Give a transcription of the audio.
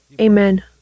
Amen